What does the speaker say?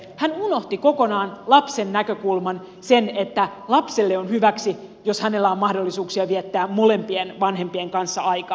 hän unohti kokonaan lapsen näkökulman sen että lapselle on hyväksi jos hänellä on mahdollisuuksia viettää molempien vanhempien kanssa aikaa